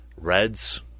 Reds